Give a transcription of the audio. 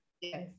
Yes